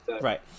right